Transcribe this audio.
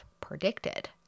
predicted